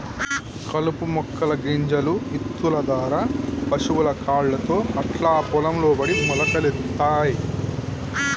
కలుపు మొక్కల గింజలు ఇత్తుల దారా పశువుల కాళ్లతో అట్లా పొలం లో పడి మొలకలొత్తయ్